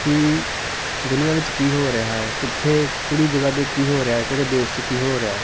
ਕਿ ਦੁਨੀਆ ਵਿੱਚ ਕੀ ਹੋ ਰਿਹਾ ਹੈ ਕਿੱਥੇ ਕਿਹੜੀ ਜਗ੍ਹਾ 'ਤੇ ਕੀ ਹੋ ਰਿਹਾ ਕਿਹੜੇ ਦੇਸ਼ 'ਚ ਕੀ ਹੋ ਰਿਹਾ